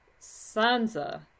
Sansa